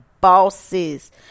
bosses